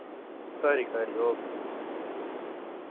खरी खरी ओके